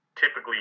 typically